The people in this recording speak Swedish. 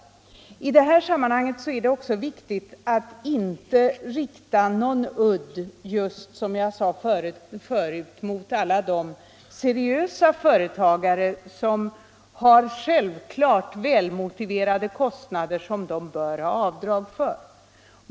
I detta sammanhang är det också viktigt att, som jag sade förut, inte rikta någon udd mot alla de seriösa företagare som har självklart välmotiverade kostnader som de bör få avdrag för.